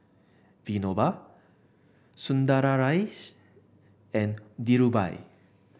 Vinoba Sundaraiah and Dhirubhai